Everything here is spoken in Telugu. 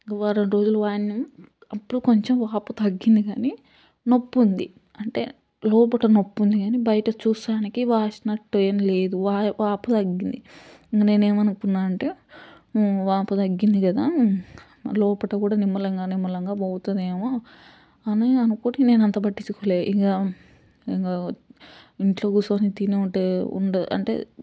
వారంరోజులు వాడినాం అప్పుడు కొంచెం వాపు తగ్గింది కానీ నొప్పి ఉంది అంటే లోపట నొప్పి ఉంది కానీ బయట చూస్తానికి వాసినట్టు ఏం లేదు వాపు తగ్గింది ఇంక నేను ఏమి అనుకున్నా అంటే వాపు తగ్గింది కదా లోపల కూడా నిమ్మలంగా నిమ్మలంగా పోతదేమో అని అనుకోని నేను అంత పట్టించుకోలే ఇంక ఇంక ఇంట్లో కూర్చొనీ తిని ఉంటే ఉండె అంటే కాదు కదా